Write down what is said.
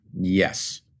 Yes